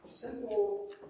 Simple